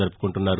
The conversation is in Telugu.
జరువుకుంటున్నారు